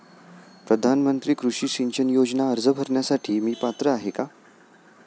प्रधानमंत्री कृषी सिंचन योजना अर्ज भरण्यासाठी मी पात्र आहे का?